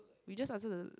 we just answer the